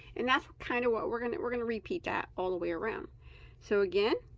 and that's kind of what we're gonna we're gonna repeat that all the way around so again,